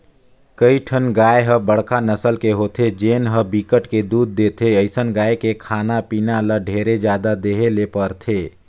कइठन गाय ह बड़का नसल के होथे जेन ह बिकट के दूद देथे, अइसन गाय के खाना पीना ल ढेरे जादा देहे ले परथे